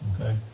Okay